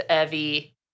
Evie